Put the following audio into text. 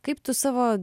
kaip tu savo